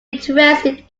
interested